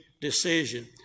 decision